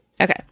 Okay